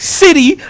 city